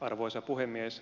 arvoisa puhemies